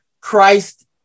Christ